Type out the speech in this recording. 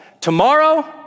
Tomorrow